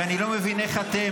אני לא מבין איך אתם,